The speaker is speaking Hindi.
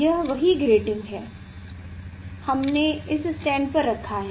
यह वही ग्रेटिंग है हमने इस स्टैंड पर रखा है